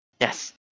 Yes